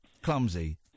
clumsy